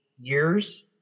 years